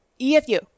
EFU